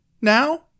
now